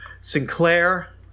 Sinclair